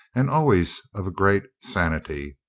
and al ways of a great sanity,